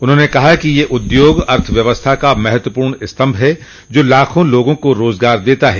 उन्हांने कहा कि यह उद्योग अर्थव्यवस्था का महत्वपर्ण स्तभ है जो लाखों लोगों को रोजगार देता है